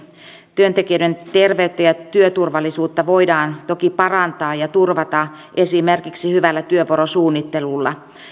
työntekijöiden terveyttä ja ja työturvallisuutta voidaan toki parantaa ja turvata esimerkiksi hyvällä työvuorosuunnittelulla